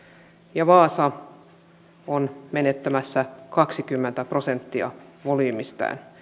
ja vaasa on menettämässä kaksikymmentä prosenttia volyymistään